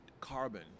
carbon